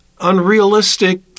unrealistic